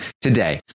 today